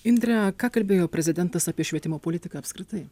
indre ką kalbėjo prezidentas apie švietimo politiką apskritai